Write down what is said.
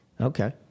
Okay